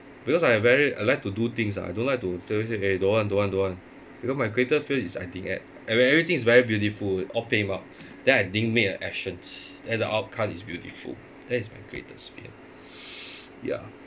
because I very I like to do things ah I don't like to say eh don't want don't want don't want because my greatest fear is I didn't act and everything is very beautiful all mah then I didn't make an actions and the outcome is beautiful that is my greatest fear ya